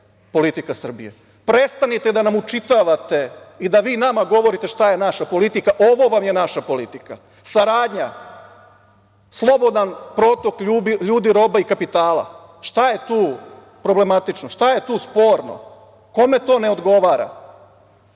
politika Srbije. Prestanite da nam očitavate i da nam govorite šta je naša politika. Ovo vam je naša politika, saradnja, slobodan protok ljudi, roba i kapitala. Šta je tu problematično, šta je tu sporno, kome to ne odgovara?